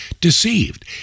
deceived